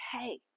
hey